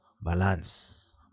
Balance